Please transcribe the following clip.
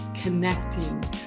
connecting